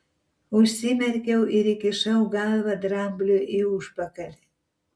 užsimerkiau ir įkišau galvą drambliui į užpakalį